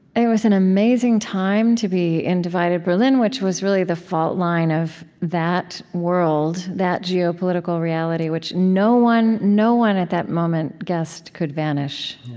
it was an amazing time to be in divided berlin, which was really the fault line of that world, that geopolitical reality which no one no one at that moment guessed could vanish